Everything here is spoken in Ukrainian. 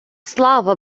слава